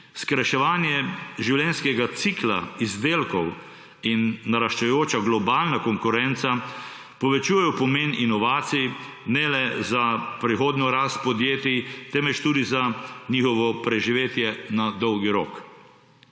skrajševanje življenjskega cikla izdelkov in naraščajoča globalna konkurenca povečujejo pomen inovacij ne le za prihodnjo rast podjetij, temveč tudi za njihovo preživetje na dolgi rok.